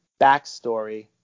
backstory